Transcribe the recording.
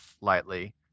lightly